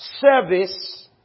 Service